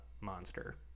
monster